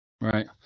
right